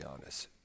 honest